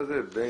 זה הביא